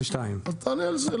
2022. אז תענה על זה,